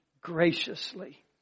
graciously